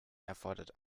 erfordert